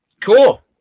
Cool